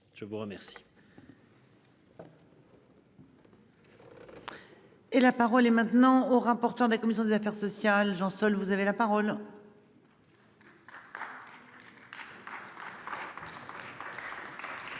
Je vous remercie.